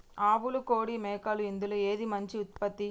ఆవులు కోడి మేకలు ఇందులో ఏది మంచి ఉత్పత్తి?